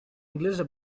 inglese